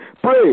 Pray